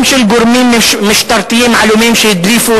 גם של גורמים משטרתיים עלומים שהדליפו